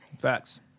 Facts